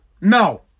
No